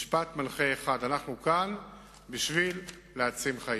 משפט מנחה אחד: אנחנו כאן בשביל להציל חיים.